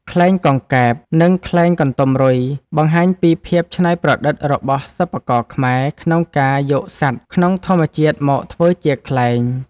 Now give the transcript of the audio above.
ខ្លែងកង្កែប និងខ្លែងកន្ទុំរុយ បង្ហាញពីភាពច្នៃប្រឌិតរបស់សិប្បករខ្មែរក្នុងការយកសត្វក្នុងធម្មជាតិមកធ្វើជាខ្លែង។